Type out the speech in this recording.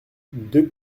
deux